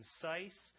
concise